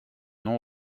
nom